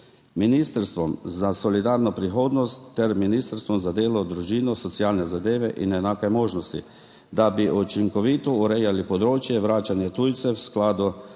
Ministrstvom za solidarno prihodnost ter Ministrstvom za delo, družino, socialne zadeve in enake možnosti, da bi učinkovito urejali področje vračanja tujcev v skladu